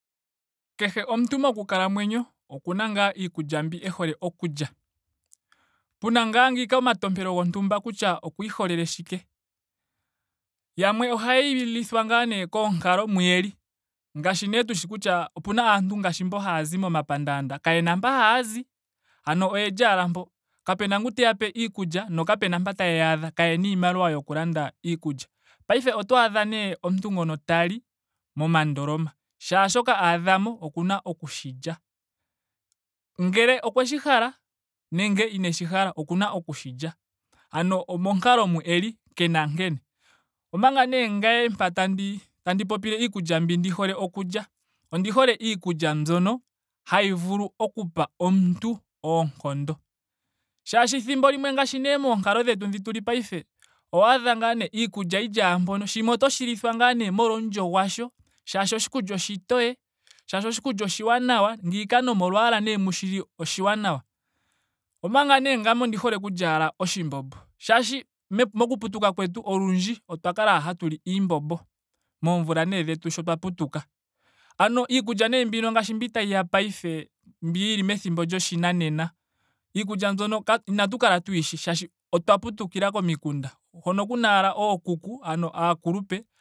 Kehe omuntu moku kalamwenyo okuna ngaa iikulya mbi e hole okulya. pena ngaa ngiika omatompelo gontumba kutya okuyi holelele shike. Yamwe ohayeyi lithwa ngaa nee koonkalo mu yeli. Ngaashi nee tushi kutya opena aantu ngaashi mbo haa zi momapandaanda. kayena mpo haazi. ano oyeli ashike mpo. Kapena ngoka teyape iikulya. nokapena mpo tayeyi adha. Kayena iimaliwa yoku landa iikulya. Paife oto adha nee omuntu ngono tali momandoloma. Kehe shoka aadhamo okuna oshi lya. Ngele okweshi hala nenge ineshi hala. okuna okushi lya. Ano omonkalo mu eli kena nkene. Omanga nee ngame mpa tandi popile iikulya mbi ndi hole okulya. ondi hole iikulya mbyono hayi vulu okupa omuntu oonkondo. Shaashi ethimbo limwe ngaashi nee moonkalo dhetu mu tuli ngaashingeyi. oho adha ngaa nee iikulya yili ashike mpono. shimwe otoshi lithwa ngaa nee molwa omulyo gwasho. shaashi oshikulya oshitoye. shaashi oshikulya oshaanawa. ngiika nomolwaala nee mo shili. oshiwanawa. Omanga nee ngame odhi hole ashike okulya oshimbombo. Shaashi mepu moku putuka kwetu olundji. otwa kala ashike hatuli iimbombo moomvula dhe dhetu sho twa putuka. Ano iikulya nee mbi ngaashi mbi tayiya paife. mbi yili methimbo lyoshinanena. iikulya mbyoka ka- inatu kala tuyishi shaashi otwa putukila komikunda hono kuna ashike ookuku. ano aakulupe